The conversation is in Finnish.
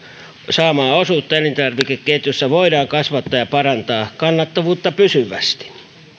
saamaa osuutta elintarvikeketjussa voidaan kasvattaa ja parantaa kannattavuutta pysyvästi